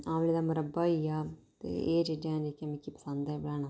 आमले दा मरब्बा होई गेआ ते एह् चीजां मिगी पसंद ऐ बनाना